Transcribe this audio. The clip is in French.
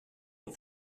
est